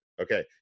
Okay